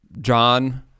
John